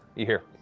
you hear